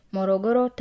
Morogoro